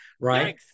right